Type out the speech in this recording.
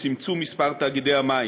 צמצום מספר תאגידי המים.